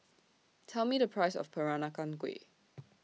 Tell Me The Price of Peranakan Kueh